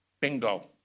Bingo